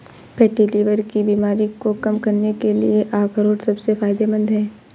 fatty liver की बीमारी को कम करने के लिए अखरोट सबसे फायदेमंद है